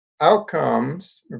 outcomes